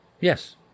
Yes